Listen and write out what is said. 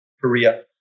Korea